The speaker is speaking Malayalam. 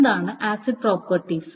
എന്താണ് ആസിഡ് പ്രോപ്പർട്ടീസ്